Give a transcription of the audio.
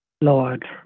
Lord